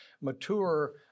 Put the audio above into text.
mature